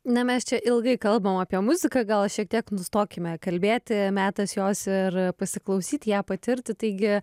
ne mes čia ilgai kalbam apie muziką gal šiek tiek nustokime kalbėti metas jos ir pasiklausyt ją patirti taigi